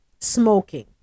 smoking